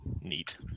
Neat